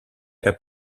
era